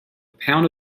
pound